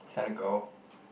decide to go